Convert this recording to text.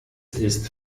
ist